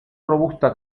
robusta